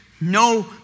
no